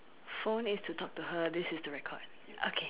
phone is to talk to her this is the record okay